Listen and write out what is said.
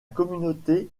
communauté